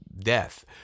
death